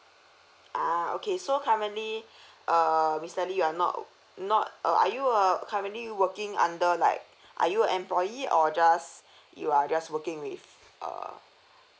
ah okay so currently err mister lee you're not not uh are you uh currently working under like are you employee or just you are just working with err